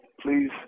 Please